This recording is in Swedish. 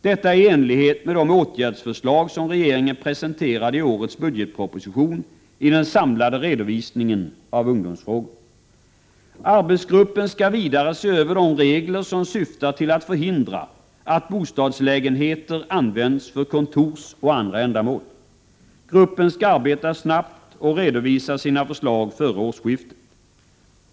Detta är i enlighet med de åtgärdsförslag som regeringen presenterade i årets budgetproposition i den samlade redovisningen av ungdomsfrågor. Arbetsgruppen skall vidare se över de regler som syftar till att förhindra att bostadslägenheter används för kontorsoch andra ändamål. Gruppen skall arbeta snabbt och redovisa sina förslag före årsskiftet.